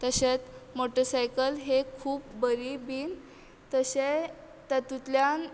तशेंच मोटसायकल हे खूब बरी बीन तशें तातुंतल्यान